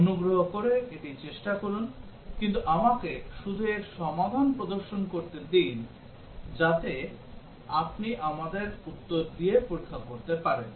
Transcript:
অনুগ্রহ করে এটি চেষ্টা করুন কিন্তু আমাকে শুধু এর সমাধান প্রদর্শন করতে দিন যাতে আপনি আমাদের উত্তর দিয়ে পরীক্ষা করতে পারেন